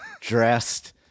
dressed